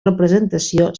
representació